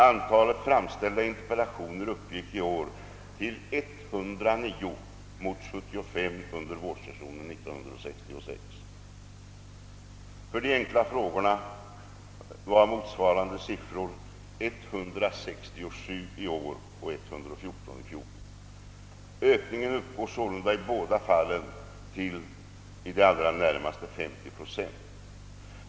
Antalet framställda interpellationer uppgick i år till 109 mot 75 under vårsessionen 1966. För de enkla frågorna var motsvarande siffror 167 och 114. Ökningen uppgår sålunda i båda fallen till i det allra närmaste 50 procent.